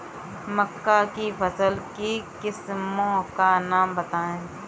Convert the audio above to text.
मक्का की फसल की किस्मों का नाम बताइये